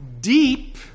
deep